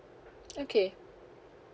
okay